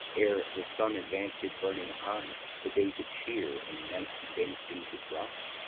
ere the sun advance his burning eye the day to cheer and night's dank dew to dry,